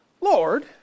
Lord